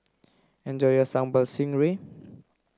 enjoy your sambal stingray